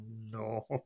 no